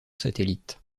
satellite